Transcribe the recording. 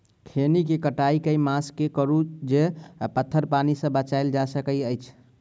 खैनी केँ कटाई केँ मास मे करू जे पथर पानि सँ बचाएल जा सकय अछि?